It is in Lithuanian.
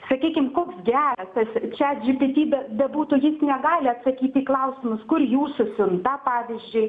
sakykim koks geras tas čiat džipiti be bebūtų jis negali atsakyti į klausimus kur jūsų siunta pavyzdžiui